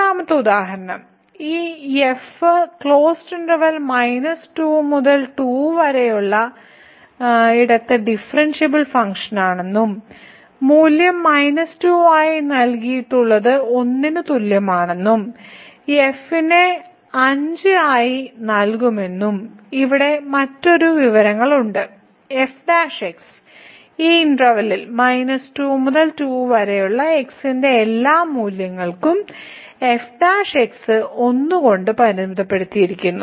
രണ്ടാമത്തെ ഉദാഹരണം ഈ f ക്ലോസ്ഡ് ഇന്റർവെൽ 2 മുതൽ 2 വരെയുള്ള ഡിഫറൻസിബിൾ ഫംഗ്ഷനാണെന്നും മൂല്യം 2 ആയി നൽകിയിട്ടുള്ളത് 1 ന് തുല്യമാണെന്നും f നെ 5 ആയി നൽകുമെന്നും ഇവിടെ മറ്റൊരു വിവരങ്ങൾ ഉണ്ട് f ഈ ഇന്റർവെൽ 2 മുതൽ 2 വരെയുള്ള x ന്റെ എല്ലാ മൂല്യങ്ങൾക്കും f 1 കൊണ്ട് പരിമിതപ്പെടുത്തിയിരിക്കുന്നു